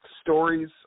stories